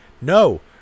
No